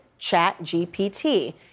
ChatGPT